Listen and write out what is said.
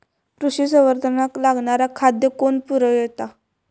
पशुसंवर्धनाक लागणारा खादय कोण पुरयता?